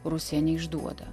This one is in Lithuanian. rusija neišduoda